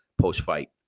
post-fight